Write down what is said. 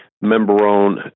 member-owned